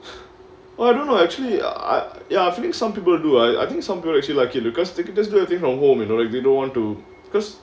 I don't know actually uh at I think some people do I think some people actually like it because they can just do anything from home you know like they don't want to because